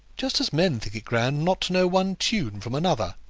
just as men think it grand not to know one tune from another,